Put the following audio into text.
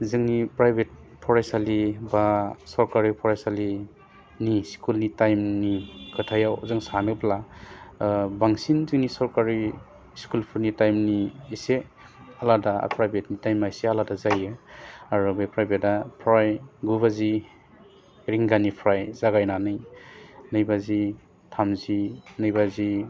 जोंनि प्राइभेट फरायसालि बा सरकारि फरायसालिनि स्कुलनि थाइमनि खोथायाव जों सानोब्ला बांसिन जोंनि सरकारि स्कुलफोरनि थाइमनि इसे आलादा प्राइभेट थाइमा इसे आलादा जायो आरो बे प्राइभेटआ फ्राय गु बाजि रिंगानिफ्राय जागायनानै नै बाजि थामजि नै बाजि